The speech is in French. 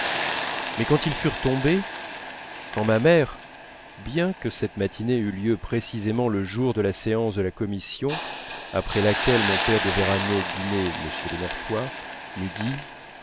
mais quand ils furent tombés quand ma mère bien que cette matinée eût lieu précisément le jour de la séance de la commission après laquelle mon père devait ramener dîner m de norpois m'eût dit